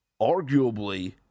arguably